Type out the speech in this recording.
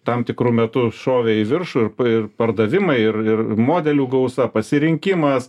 tam tikru metu šovė į viršų ir pardavimai ir ir modelių gausa pasirinkimas